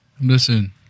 Listen